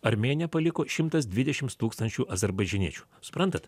armėniją paliko šimtas dvidešims tūkstančių azerbaidžaniečių suprantat